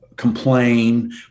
complain